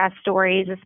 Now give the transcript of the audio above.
stories